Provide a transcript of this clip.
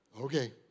Okay